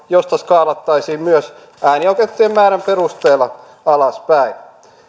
josta skaalattaisiin myös äänioikeutettujen määrän perusteella alaspäin